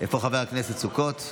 איפה חבר הכנסת סוכות?